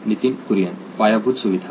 नितीन कुरियन पायाभूत सुविधा